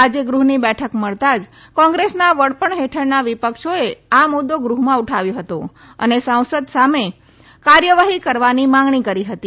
આજે ગૃહની બેઠક મળતા જ કોંગ્રેસના વડપણ હેઠળના વિપક્ષોએ આ મુદ્દો ગૃહમાં ઉઠાવ્યો હતો અને સાંસદ સામે કાર્યવાહી કરવાની માંગણી કરી હતી